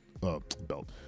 belt